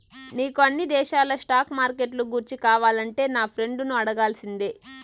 నీకు అన్ని దేశాల స్టాక్ మార్కెట్లు గూర్చి కావాలంటే నా ఫ్రెండును అడగాల్సిందే